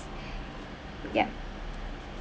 yeah